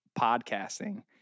podcasting